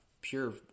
Pure